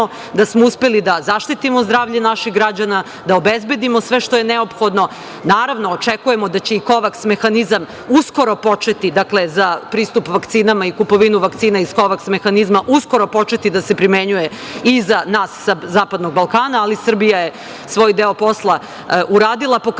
da smo uspeli da zaštitimo zdravlje naših građana, da obezbedimo sve što je neophodno. Naravno, očekujemo da će i Kovaks mehanizam uskoro početi dakle za pristup vakcinama i kupovinu vakcina iz Kovaks mehanizma uskoro početi da se primenjuje i za nas sa zapadnog Balkana, ali Srbija je svoj deo posla uradila. Pokazali